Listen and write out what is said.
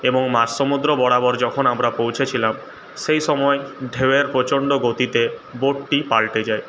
এবং মাঝসমুদ্র বরাবর যখন আমরা পৌঁছেছিলাম সেই সময় ঢেউয়ের প্রচন্ড গতিতে বোটটি পাল্টে যায়